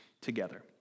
together